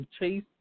Chase